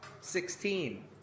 sixteen